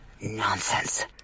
Nonsense